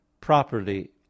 properly